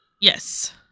Yes